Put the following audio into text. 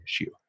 issue